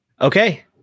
Okay